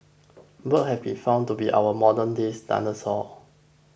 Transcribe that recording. birds have been found to be our modernday's dinosaur